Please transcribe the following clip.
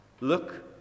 Look